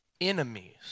enemies